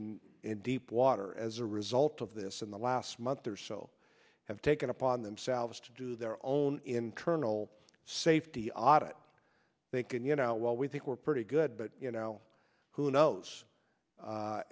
in deep water as a result of this in the last month or so have taken upon themselves to do their own internal safety audit they can you know well we think we're pretty good but you know who knows